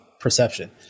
perception